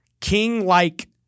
king-like